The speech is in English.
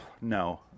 No